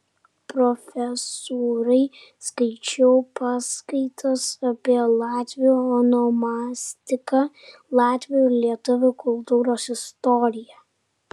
profesūrai skaičiau paskaitas apie latvių onomastiką latvių ir lietuvių kultūros istoriją